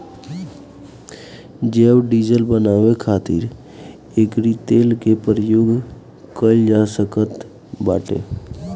जैव डीजल बानवे खातिर एकरी तेल के प्रयोग कइल जा सकत बाटे